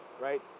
right